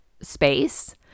space